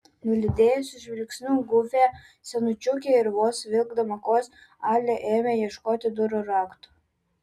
nulydėjusi žvilgsniu guviąją senučiukę ir vos vilkdama kojas alia ėmė ieškoti durų rakto